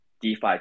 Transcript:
DeFi